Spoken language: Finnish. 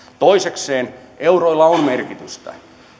toisekseen euroilla on merkitystä